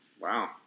Wow